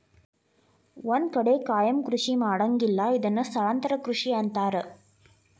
ಒಂದ ಕಡೆ ಕಾಯಮ ಕೃಷಿ ಮಾಡಂಗಿಲ್ಲಾ ಇದನ್ನ ಸ್ಥಳಾಂತರ ಕೃಷಿ ಅಂತಾರ